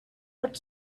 but